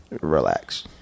Relax